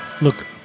look